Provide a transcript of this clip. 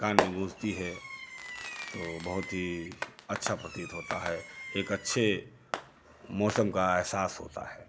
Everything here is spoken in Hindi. कान में गूंजती है तो बहुत ही अच्छा प्रतीत होता है एक अच्छे मौसम का अहसास होता है